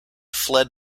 fled